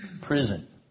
prison